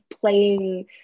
playing